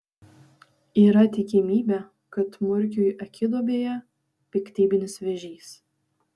yra tikimybė kad murkiui akiduobėje piktybinis vėžys